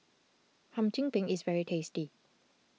Hum Chim Peng is very tasty